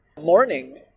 morning